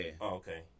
Okay